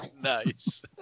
Nice